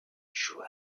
juan